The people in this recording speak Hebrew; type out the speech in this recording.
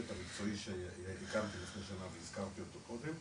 המקצועי שהקמתי לפני שנה והזכרתי אותו קודם,